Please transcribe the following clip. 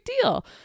deal